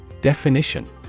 Definition